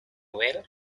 well